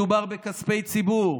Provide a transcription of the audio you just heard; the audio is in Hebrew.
מדובר בכספי ציבור.